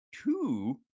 two